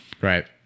right